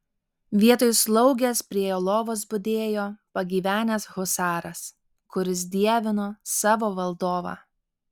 vietoj slaugės prie jo lovos budėjo pagyvenęs husaras kuris dievino savo valdovą